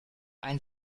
ein